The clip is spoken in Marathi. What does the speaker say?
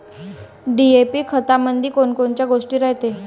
डी.ए.पी खतामंदी कोनकोनच्या गोष्टी रायते?